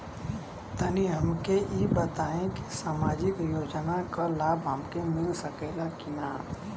तनि हमके इ बताईं की सामाजिक योजना क लाभ हमके मिल सकेला की ना?